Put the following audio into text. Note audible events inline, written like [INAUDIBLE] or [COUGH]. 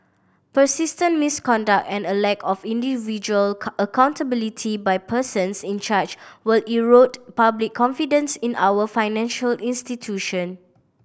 persistent misconduct and a lack of individual [UNINTELLIGIBLE] accountability by persons in charge will erode public confidence in our financial institution